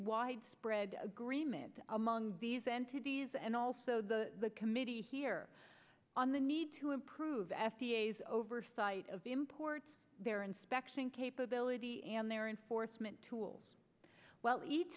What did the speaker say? widespread agreement among these entities and also the the committee here on the need to improve f d a has oversight of the imports their inspection capability and their enforcement tools well ea